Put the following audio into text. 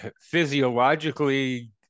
physiologically